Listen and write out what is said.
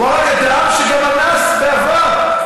הוא הרג אדם שאנס גם בעבר.